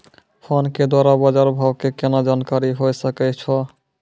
Phone के द्वारा बाज़ार भाव के केना जानकारी होय सकै छौ?